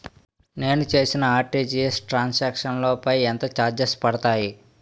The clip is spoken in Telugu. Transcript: నేను చేసిన ఆర్.టి.జి.ఎస్ ట్రాన్ సాంక్షన్ లో పై ఎంత చార్జెస్ పడతాయి?